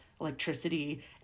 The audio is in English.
electricity